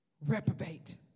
reprobate